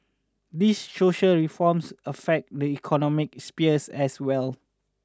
these social reforms affect the economic sphere as well